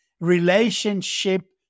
Relationship